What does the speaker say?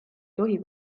tohi